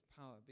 power